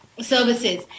services